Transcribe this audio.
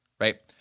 right